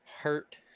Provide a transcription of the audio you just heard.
hurt